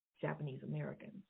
Japanese-Americans